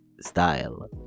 style